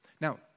Now